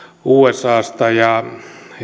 usasta ja